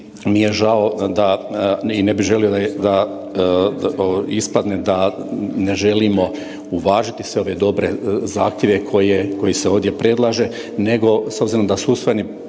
mi je žao i ne bi želio da ispadne da ne želimo uvažiti sve ove dobre zahtjeve koji se ovdje predlažu nego s obzirom da su usvojeni